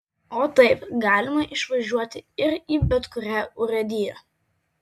o taip galima išvažiuoti ir į bet kurią urėdiją